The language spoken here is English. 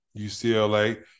UCLA